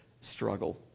struggle